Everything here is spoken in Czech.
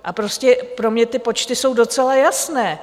A prostě pro mě ty počty jsou docela jasné.